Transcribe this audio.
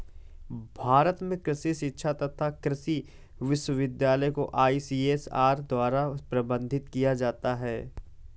भारत में कृषि शिक्षा तथा कृषि विश्वविद्यालय को आईसीएआर द्वारा प्रबंधित किया जाता है